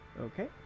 Okay